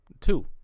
Two